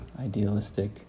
idealistic